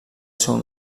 seu